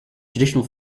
traditional